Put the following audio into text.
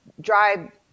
drive